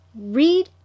Read